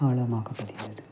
ஆழமாக பதிந்தது